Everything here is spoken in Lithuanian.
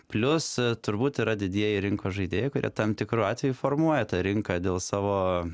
plius turbūt yra didieji rinkos žaidėjai kurie tam tikru atveju formuoja tą rinką dėl savo